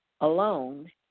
alone